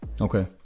Okay